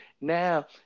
Now